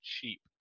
cheap